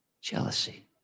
Jealousy